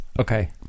Okay